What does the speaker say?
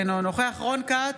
אינו נוכח רון כץ,